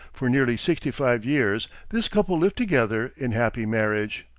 for nearly sixty-five years this couple lived together in happy marriage.